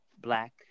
black